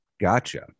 Gotcha